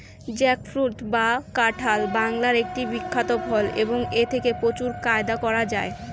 jackfruit বা কাঁঠাল বাংলার একটি বিখ্যাত ফল এবং এথেকে প্রচুর ফায়দা করা য়ায়